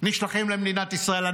נשלחים למדינת ישראל.